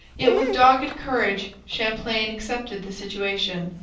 yet with dogged courage champlain accepted the situation,